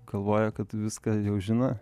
galvoja kad viską jau žino